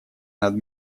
над